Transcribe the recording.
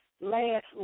last